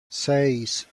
seis